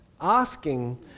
asking